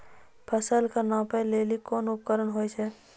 फसल कऽ नापै लेली कोन उपकरण होय छै?